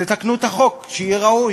תתקנו את החוק, שיהיה ראוי.